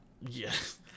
yes